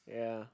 ya